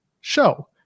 show